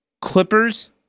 Clippers